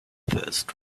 first